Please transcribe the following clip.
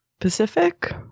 Pacific